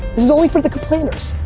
is only for the complainers.